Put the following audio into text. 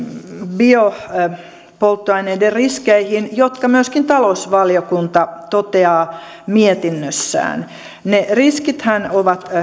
biopolttoaineiden riskeihin jotka myöskin talousvaliokunta toteaa mietinnössään ne riskithän ovat